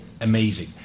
amazing